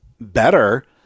better